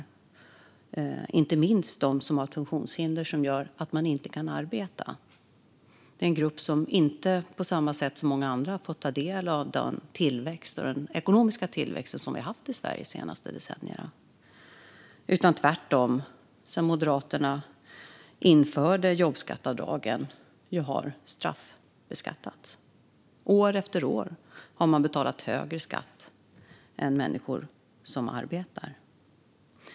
Det gäller inte minst de som har ett funktionshinder som gör att de inte kan arbeta. Det är en grupp som inte på samma sätt som många andra har fått ta del av den ekonomiska tillväxt som vi har haft i Sverige de senaste decennierna. De har tvärtom, sedan Moderaterna införde jobbskatteavdragen, straffbeskattats. År efter år har de betalat högre skatt än människor som arbetar.